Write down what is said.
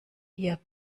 ihr